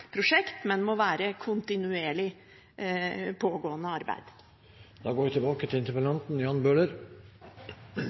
prosjekt, men må være et kontinuerlig pågående arbeid?